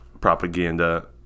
Propaganda